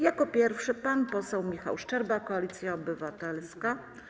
Jako pierwszy pan poseł Michał Szczerba, Koalicja Obywatelska.